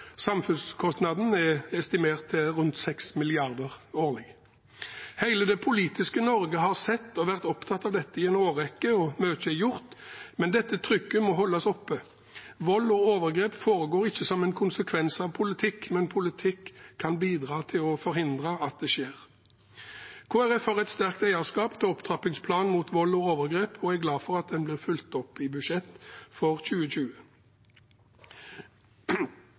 Samfunnskostnadene er estimert til rundt 6 mrd. kr årlig. Hele det politiske Norge har sett og vært opptatt av dette i en årrekke, og mye er gjort, men dette trykket må holdes oppe. Vold og overgrep foregår ikke som en konsekvens av politikk, men politikk kan bidra til å forhindre at det skjer. Kristelig Folkeparti har et sterkt eierskap til opptrappingsplanen mot vold og overgrep og er glad for at den blir fulgt opp i budsjettet for 2020.